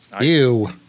Ew